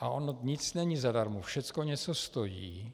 A ono nic není zadarmo, všecko něco stojí.